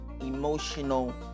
emotional